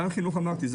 מעניין חינוך אמרתי,